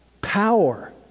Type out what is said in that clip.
power